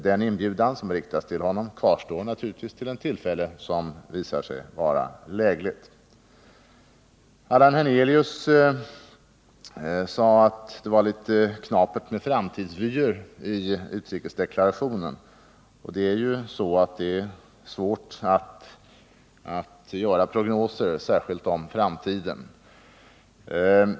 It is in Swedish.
Den inbjudan som har riktats till honom kvarstår naturligtvis till ett tillfälle som visar sig vara lägligt. Allan Hernelius sade att det var litet knapert med framtidsvyer i utrikesdeklarationen. Det är alltid svårt att göra prognoser — särskilt om framtiden.